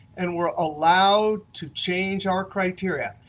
and we're allowed to change our criteria.